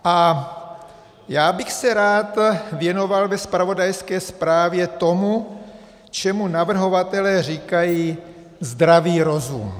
A já bych se rád věnoval ve zpravodajské zprávě tomu, čemu navrhovatelé říkají zdravý rozum.